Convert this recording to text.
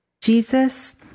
Jesus